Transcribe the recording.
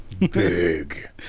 big